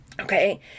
okay